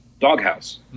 Doghouse